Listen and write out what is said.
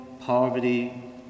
poverty